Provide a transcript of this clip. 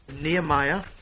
Nehemiah